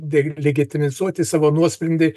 deligetinizuoti savo nuosprendį